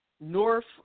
north